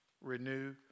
renew